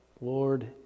Lord